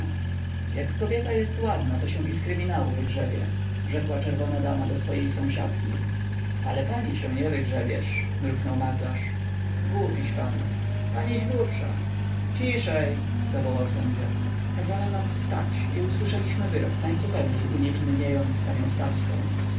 jak kobieta jest ładna to się i z kryminału wygrzebie rzekła czerwona dama do swojej sąsiadki ale pani się nie wygrzebiesz mruknął maglarz głupiś pan paniś głupsza ciszej zawołał sędzia kazano nam wstać i usłyszeliśmy wyrok najzupełniej uniewinniający panią stawską